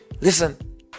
Listen